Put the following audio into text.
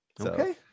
okay